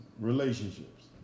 relationships